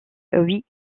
huit